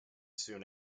soon